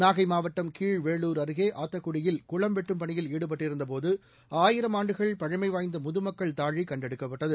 நாகை மாவட்டம் கீழ்வேளுர் அருகே ஆத்தக்குடியில் குளம் வெட்டும் பணியில் ஈடுபட்டிருந்தபோது ஆயிரம் ஆண்டுகள் பழமைவாய்ந்த முதுமக்கள் தாழி கண்டெடுக்கப்பட்டது